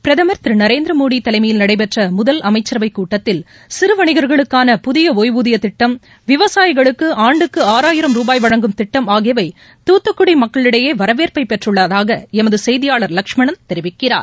பிரதமர் திரு நரேந்திர மோடி தலைமையில் நடைபெற்ற முதல் அளமச்சரவை கூட்டத்தில் சிறுவணிகர்களுக்கான புதிய ஓய்வூதிய திட்டம் விவசாயிகளுக்கு ஆண்டுக்கு ஆறாராயிரம் ரூபாய் வழங்கும் திட்டம் ஆகியவை துத்துக்குடி மக்களிடையே வரவேற்பை பெற்றுள்ளதாக அங்குள்ள எமது செய்தியாளர் லஷ்மணன் தெரிவிக்கிறார்